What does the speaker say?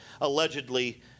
allegedly